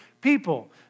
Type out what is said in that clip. people